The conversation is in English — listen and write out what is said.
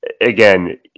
Again